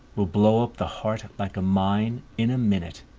will blow up the heart, like a mine, in a minute.